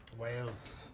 Wales